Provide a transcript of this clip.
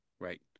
right